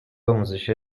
آموزش